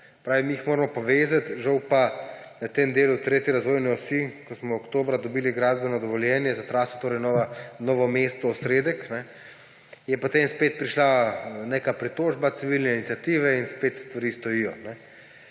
pravi, mi jih moramo povezati, žal pa je na tem delu 3. razvojne osi, ko smo oktobra dobili gradbeno dovoljenje za traso Novo mesto–Osredek, potem spet prišla neka pritožba civilne iniciative in spet stvari stojijo.